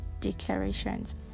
declarations